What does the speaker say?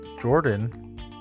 Jordan